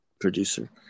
producer